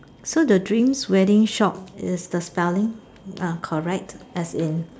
so the dreams wedding shop is the spelling uh correct as in